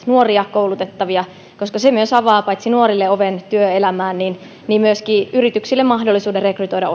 nuoria koulutettavia koska se myös avaa paitsi nuorille oven työelämään myöskin yrityksille mahdollisuuden rekrytoida